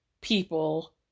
people